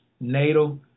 natal